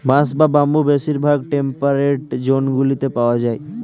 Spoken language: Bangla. বাঁশ বা বাম্বু বেশিরভাগ টেম্পারেট জোনগুলিতে পাওয়া যায়